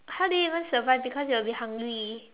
how do you even survive because you'll be hungry